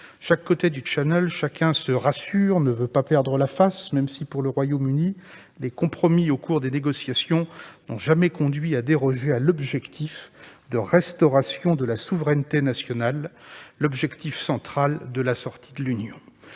chaque côté du, chacun se rassure et personne ne veut perdre la face, même si, pour le Royaume-Uni, les compromis au cours des négociations n'ont jamais conduit à déroger à l'objectif de restauration de la souveraineté nationale, objectif central de la sortie de l'Union